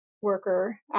worker